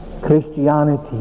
Christianity